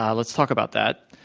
um let's talk about that.